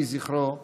יהי זכרו ברוך.